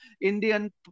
Indian